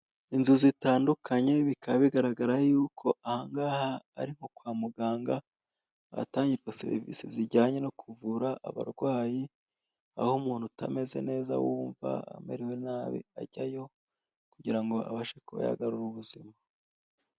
Inzu zitandukanye bikaba bigaragara yuko aha ngaha ari nko kwa muganga, ahatangirwa serivise zijyanye no kuvura abarwayi, aho umuntu wumva atameze neza wumva amerewe nabi ajyayo, kugira ngo abashe kuba yagarura ubuzima.